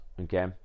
okay